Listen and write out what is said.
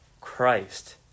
christ